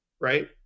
right